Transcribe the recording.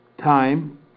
time